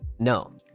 No